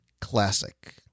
classic